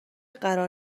قرار